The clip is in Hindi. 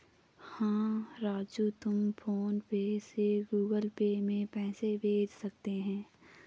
हां राजू तुम फ़ोन पे से गुगल पे में पैसे भेज सकते हैं